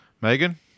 Megan